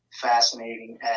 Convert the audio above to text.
fascinating